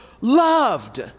loved